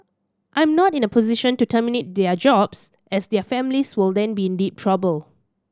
I'm not in a position to terminate their jobs as their families will then be in deep trouble